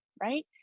right